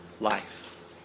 life